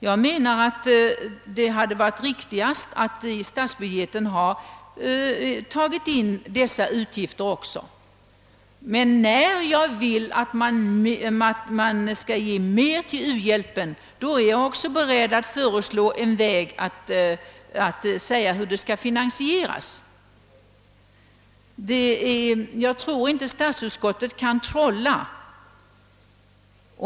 Jag menar att det hade varit riktigast att också ta in dessa utgifter i statsbudgeten, men när jag vill att man skall ge mer till u-hjälpen är jag också beredd att föreslå en väg att finansiera höjningen. Jag tror inte att statsutskottet kan trolla.